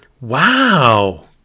Wow